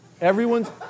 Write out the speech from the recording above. everyone's